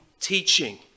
teaching